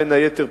בין היתר,